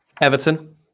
Everton